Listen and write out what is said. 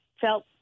felt